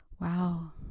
wow